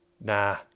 Nah